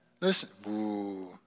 listen